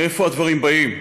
מאיפה הדברים באים.